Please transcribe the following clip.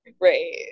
Right